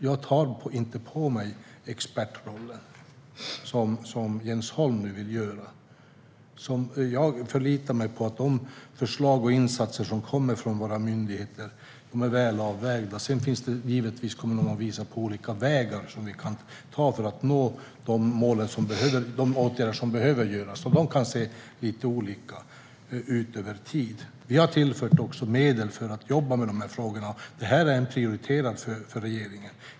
Jag tar inte på mig expertrollen som Jens Holm nu gör. Jag förlitar mig på att de förslag och insatser som kommer från våra myndigheter är väl avvägda. Sedan kan man givetvis visa på olika vägar för att vidta de åtgärder som behövs. De kan se lite olika ut över tid. Vi har också tillfört medel för att myndigheterna ska jobba med dessa frågor. Det har regeringen prioriterat.